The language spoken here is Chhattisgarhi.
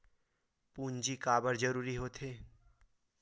पूंजी का बार जरूरी हो थे?